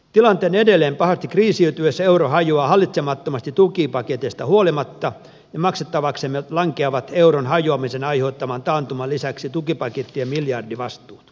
tilanteen edelleen pahasti kriisiytyessä euro hajoaa hallitsemattomasti tukipaketeista huolimatta ja maksettavaksemme lankeavat euron hajoamisen aiheuttaman taantuman lisäksi tukipakettien miljardivastuut